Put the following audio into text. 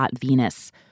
Venus